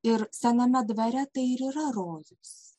ir sename dvare tai ir yra rojus